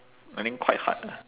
I mean quite hard ah